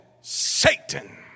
Satan